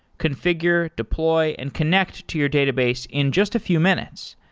confi gure, deploy and connect to your database in just a few minutes.